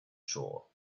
shore